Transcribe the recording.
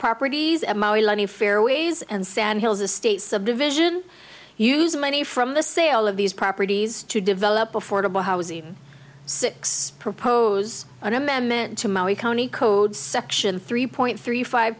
properties fairways and sand hills estates of division use money from the sale of these properties to develop affordable housing six proposed an amendment to maui county code section three point three five